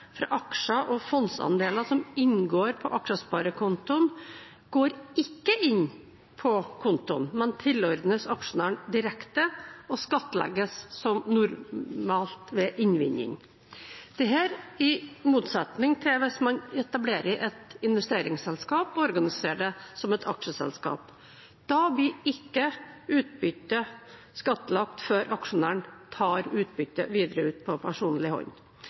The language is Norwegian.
aksjer og fondsandeler som inngår på aksjesparekontoen, går ikke inn på kontoen, men tilordnes aksjonæren direkte og skattlegges som normalt ved innvinning. Dette i motsetning til hvis man etablerer et investeringsselskap og organiserer det som et aksjeselskap. Da blir ikke utbyttet skattlagt før aksjonæren tar utbyttet videre ut på personlig